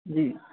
जी